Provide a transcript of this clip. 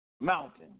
mountain